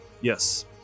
Yes